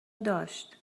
داشت